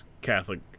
Catholic